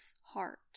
heart